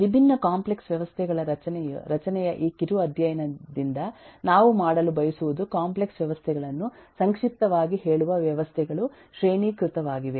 ವಿಭಿನ್ನ ಕಾಂಪ್ಲೆಕ್ಸ್ ವ್ಯವಸ್ಥೆಗಳ ರಚನೆಯ ಈ ಕಿರು ಅಧ್ಯಯನದಿಂದ ನಾವು ಮಾಡಲು ಬಯಸುವುದು ಕಾಂಪ್ಲೆಕ್ಸ್ ವ್ಯವಸ್ಥೆಗಳನ್ನು ಸಂಕ್ಷಿಪ್ತವಾಗಿ ಹೇಳುವ ವ್ಯವಸ್ಥೆಗಳು ಶ್ರೇಣೀಕೃತವಾಗಿವೆ